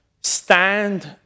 stand